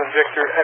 Victor